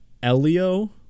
elio